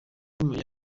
ukomeye